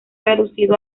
reducido